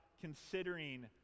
considering